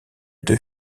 deux